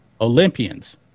Olympians